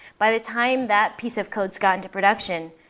by the time that piece of code has gotten to production,